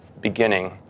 beginning